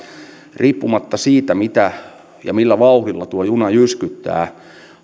riippumatta siitä mitä ja millä vauhdilla tuo juna jyskyttää